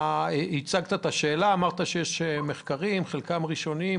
מחקרים, חלקם ראשוניים.